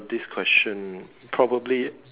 this question probably